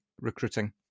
recruiting